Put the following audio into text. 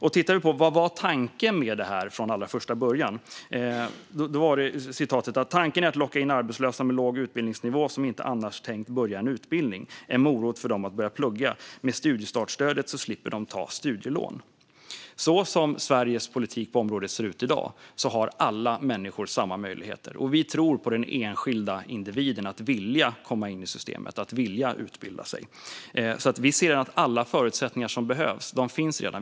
Vad var tanken med stödet från början? Jo, den var följande: "Tanken är att locka in arbetslösa med låg utbildningsnivå som inte annars tänkt börja en utbildning." Den skulle vara "en morot för dem att börja plugga". Med studiestartsstödet skulle de slippa ta studielån. Så som Sveriges politik på området ser ut i dag har alla människor samma möjligheter. Vi tror på den enskilda individens vilja att komma in i systemet, att vilja utbilda sig. Vi anser att alla förutsättningar som behövs redan finns.